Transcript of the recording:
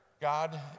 God